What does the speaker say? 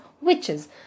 witches